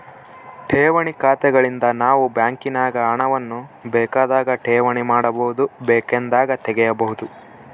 ಠೇವಣಿ ಖಾತೆಗಳಿಂದ ನಾವು ಬ್ಯಾಂಕಿನಾಗ ಹಣವನ್ನು ಬೇಕಾದಾಗ ಠೇವಣಿ ಮಾಡಬಹುದು, ಬೇಕೆಂದಾಗ ತೆಗೆಯಬಹುದು